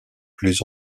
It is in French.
plus